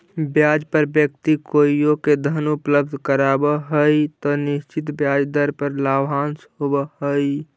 ब्याज पर व्यक्ति कोइओ के धन उपलब्ध करावऽ हई त निश्चित ब्याज दर पर लाभांश होवऽ हई